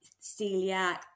celiac